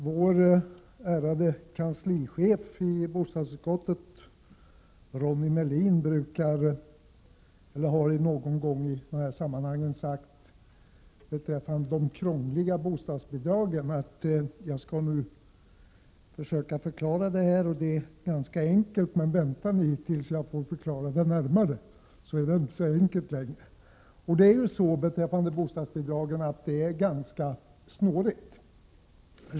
Herr talman! Vår ärade kanslichef i bostadsutskottet, Ronny Melin, har någon gång i dessa sammanhang beträffande de krångliga bostadsbidragen sagt: Jag skall nu försöka förklara det här och det är ganska enkelt. Men vänta ni tills jag får förklara det närmare, då är det inte så enkelt längre. Bostadsbidragen är ju ganska snåriga.